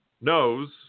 knows